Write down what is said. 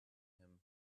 him